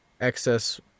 excess